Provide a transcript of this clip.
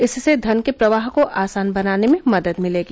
इससे धन के प्रवाह को आसान बनाने में मदद मिलेगी